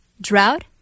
drought